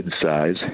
size